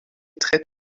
très